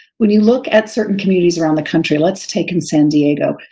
when you look at certain communities around the country, let's take in san diego,